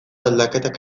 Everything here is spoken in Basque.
aldaketak